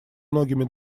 многими